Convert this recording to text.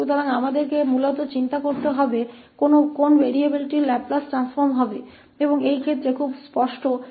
इसलिए हमें मूल रूप से यह सोचना होगा कि लैपलेस ट्रांसफॉर्म लेने के लिए हमें किस वेरिएबल की आवश्यकता है